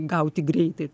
gauti greitai